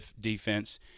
defense